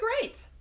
great